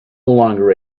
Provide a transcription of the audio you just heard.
longer